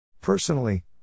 Personally